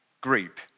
group